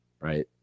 right